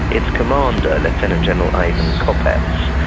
its commander, lieutenant general ivan kopets,